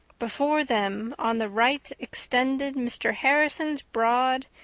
before them on the right extended mr. harrison's broad,